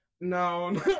No